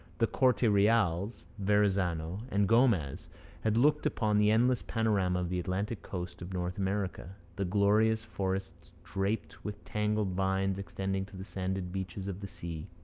the corte-reals, verrazano, and gomez had looked upon the endless panorama of the atlantic coast of north america the glorious forests draped with tangled vines extending to the sanded beaches of the sea